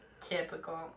Typical